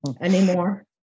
anymore